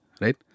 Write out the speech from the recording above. right